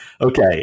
okay